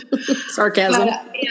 sarcasm